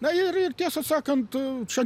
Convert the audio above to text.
na ir ir tiesą sakant čia